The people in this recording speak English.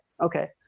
Okay